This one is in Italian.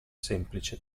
semplice